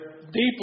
deeply